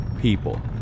people